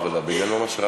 זה לא הייתי אני.